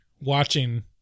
watching